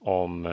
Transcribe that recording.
om